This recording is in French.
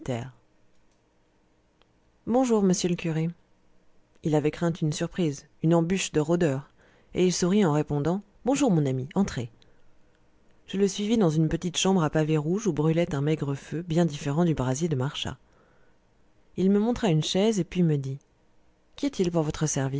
bonjour monsieur le curé il avait craint une surprise une embûche de rôdeurs et il sourit en répondant bonjour mon ami entrez je le suivis dans une petite chambre à pavés rouges où brûlait un maigre feu bien différent du brasier de marchas il me montra une chaise et puis me dit qu'y a-t-il pour votre